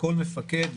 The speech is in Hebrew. לכל מפקד,